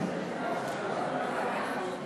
מי בעד?